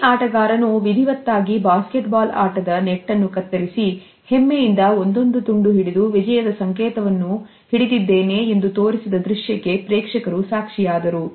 ಪ್ರತಿ ಆಟಗಾರನೂ ವಿಧಿವತ್ತಾಗಿ ಬಾಸ್ಕೆಟ್ ಬಾಲ್ ಆಟದ ನೆಟ್ಟನ್ನು ಕತ್ತರಿಸಿ ಹೆಮ್ಮೆಯಿಂದ ಒಂದೊಂದು ತುಂಡು ಹಿಡಿದು ವಿಜಯದ ಸಂಕೇತವನ್ನು ಹಿಡಿದಿದ್ದೇನೆ ಎಂದು ತೋರಿಸಿದ ದೃಶ್ಯಕ್ಕೆ ಪ್ರೇಕ್ಷಕರು ಸಾಕ್ಷಿಯಾದರು